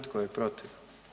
Tko je protiv?